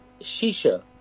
Shisha